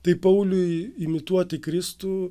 tai pauliui imituoti kristų